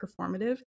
performative